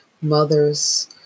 mothers